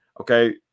okay